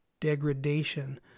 degradation